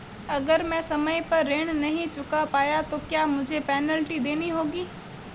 अगर मैं समय पर ऋण नहीं चुका पाया तो क्या मुझे पेनल्टी देनी होगी?